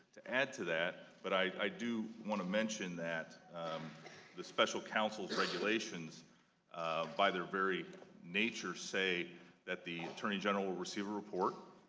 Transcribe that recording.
to add to that but i do want to mention that the special counsel's regulation by their very nature say that the attorney general will receive a report,